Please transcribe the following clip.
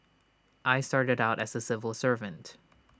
I started out as A civil servant